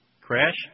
Crash